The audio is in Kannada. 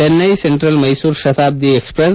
Chennai central Mysuru Shatabdi express